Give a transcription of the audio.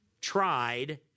tried